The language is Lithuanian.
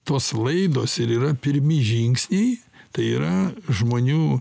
tos laidos ir yra pirmi žingsniai tai yra žmonių